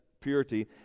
purity